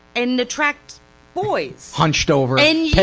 and attract boys. hunched over, and